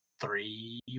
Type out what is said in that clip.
three